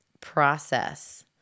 process